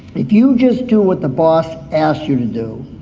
if you just do what the boss asks you to do,